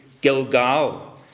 Gilgal